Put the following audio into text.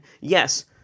yes